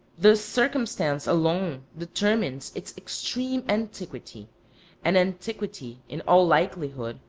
this circumstance alone determines its extreme antiquity an antiquity, in all likelihood,